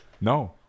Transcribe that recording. no